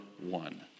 one